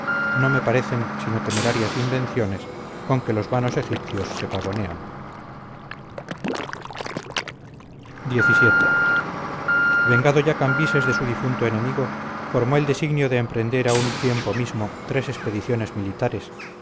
no me parecen sino temerarias invenciones con que los vanos egipcios se pavonean xvii vengado ya cambises de su difunto enemigo formó el designio de emprender a un tiempo mismo tres expediciones militares